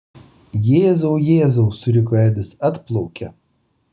jėzau jėzau suriko edis atplaukia